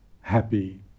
happy